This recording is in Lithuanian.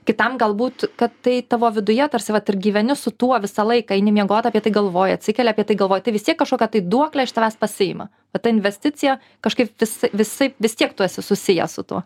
kitam galbūt kad tai tavo viduje tarsi vat ir gyveni su tuo visą laiką eini miegot apie tai galvoji atsikeli apie tai galvoji tai vis tiek kažkokią duoklę iš tavęs pasiima o ta investicija kažkaip vis visaip vis tiek tu esi susijęs su tuo